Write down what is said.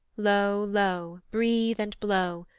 low, low, breathe and blow,